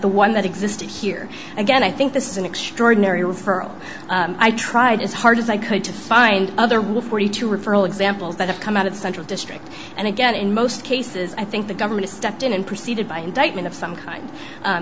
the one that existed here again i think this is an extraordinary referral i tried as hard as i could to find other with forty two referral examples that have come out of the central district and again in most cases i think the government stepped in and proceeded by indictment of some kind